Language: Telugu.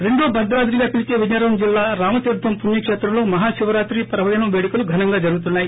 రెండో భద్రాద్రిగా పిలీచే విజయనగరం జిల్లా రామతీర్గం పుణ్యశేత్రంలో మహాశివరాత్రి పర్యదినం పేడుకలు ఘనంగా జరుగుతున్నాయి